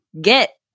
Get